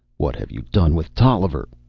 what have you done with tolliver?